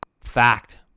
fact